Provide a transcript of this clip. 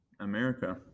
America